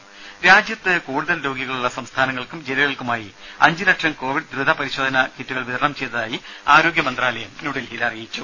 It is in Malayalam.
ദരദ രാജ്യത്ത് കൂടുതൽ രോഗികളുള്ള സംസ്ഥാനങ്ങൾക്കും ജില്ലകൾക്കുമായി അഞ്ചുലക്ഷം കോവിഡ് ദ്രുതപരിശോധനാ കിറ്റുകൾ വിതരണം ചെയ്തതായി ആരോഗ്യ മന്ത്രാലയം അറിയിച്ചു